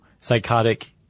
psychotic